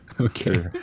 Okay